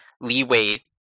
leeway